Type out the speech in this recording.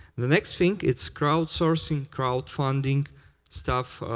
the next thing, it's crowd sourcing, crowd funding stuff,